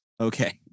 Okay